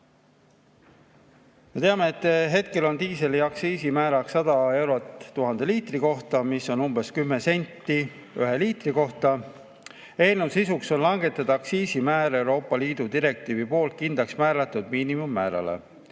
teame, et hetkel on diisliaktsiisi määr 100 eurot 1000 liitri kohta, mis on umbes 10 senti ühe liitri kohta. Eelnõu sisuks on langetada aktsiisimäär Euroopa Liidu direktiivis kindlaks määratud miinimummäärani,